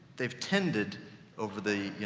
they've tended over the, you